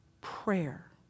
Prayer